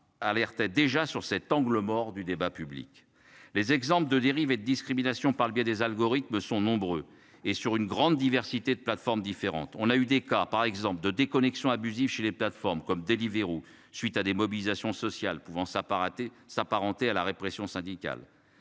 alertait déjà sur cet angle mort du débat public. Les exemples de dérive et de discrimination par le biais des algorithmes sont nombreux et sur une grande diversité de plateformes différentes, on a eu des cas par exemple de déconnexions abusives chez les plateformes comme Deliveroo suite à des mobilisations sociales pouvant ça pas rater s'apparenter à la répression syndicale,